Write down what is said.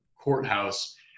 courthouse